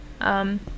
Um-